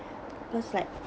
first like